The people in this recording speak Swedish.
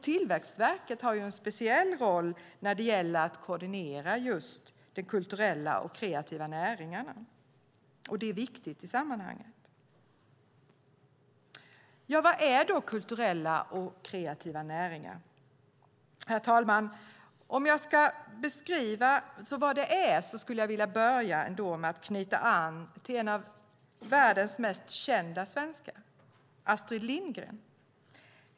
Tillväxtverket har en speciell roll när det gäller att koordinera de kulturella och kreativa näringarna, vilket är viktigt i sammanhanget. Vad är då kulturella och kreativa näringar? Om jag ska beskriva vad det är vill jag börja med att knyta an till en av världens mest kända svenskar, nämligen Astrid Lindgren.